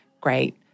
great